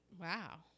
Wow